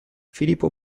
filippo